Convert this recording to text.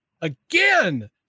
again